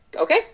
okay